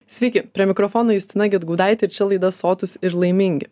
sveiki prie mikrofono justina gedgaudaitė ir čia laida sotūs ir laimingi